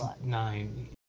Nine